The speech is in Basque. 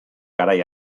garai